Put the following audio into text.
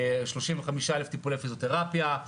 35,000 טיפולי פיזיותרפיה,